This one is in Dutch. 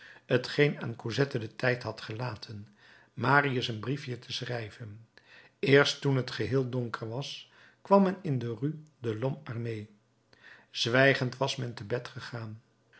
t geen aan cosette den tijd had gelaten marius een briefje te schrijven eerst toen het geheel donker was kwam men in de rue de lhomme armé zwijgend was men te bed gegaan